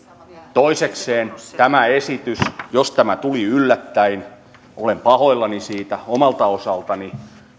toisekseen jos tämä esitys tuli yllättäen olen pahoillani siitä omalta osaltani